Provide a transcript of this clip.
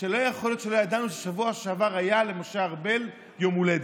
שלא יכול להיות שלא ידענו שבשבוע שעבר היה למשה ארבל יום הולדת,